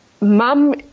mum